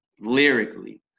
Lyrically